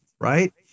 right